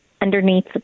underneath